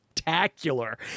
Spectacular